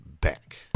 back